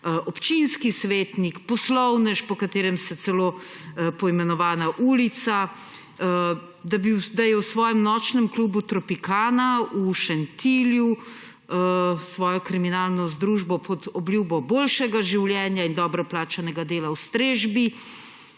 občinski svetnik, poslovnež, po katerem je celo poimenovana ulica, v svojem nočnem klubu Tropicana v Šentilju s svojo kriminalno združbo pod obljubo boljšega življenja in dobro plačanega dela v strežbi